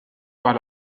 par